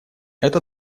это